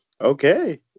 okay